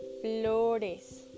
Flores